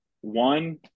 one